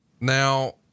Now